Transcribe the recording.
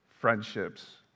friendships